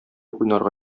уйнарга